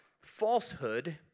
falsehood